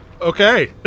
Okay